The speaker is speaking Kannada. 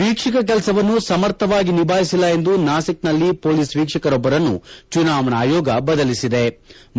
ವೀಕ್ಷಕ ಕೆಲಸವನ್ನು ಸಮರ್ಥವಾಗಿ ನಿಭಾಯಿಸಿಲ್ಲ ಎಂದು ನಾಸಿಕ್ ನಲ್ಲಿ ಮೊಲೀಸ್ ವೀಕ್ಷಕರೊಬ್ಬರನ್ನು ಚುನಾವಣಾ ಆಯೋಗ ತೆಗೆದು ಹಾಕಿದೆ